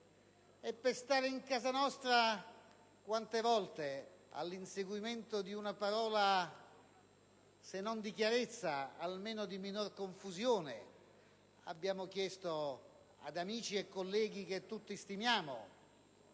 Per stare in casa nostra, quante volte, all'inseguimento di una parola se non di chiarezza almeno di minore confusione, abbiamo chiesto ad amici e colleghi che tutti stimiamo